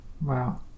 wow